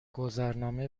گذرنامه